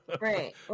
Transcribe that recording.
Right